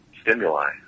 stimuli